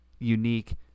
unique